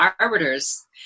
arbiters